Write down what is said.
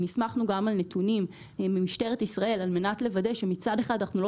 נסמכנו גם על נתונים ממשטרת ישראל על מנת לוודא שמצד אחד אנחנו לא